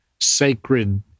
sacred